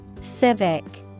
Civic